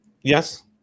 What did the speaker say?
Yes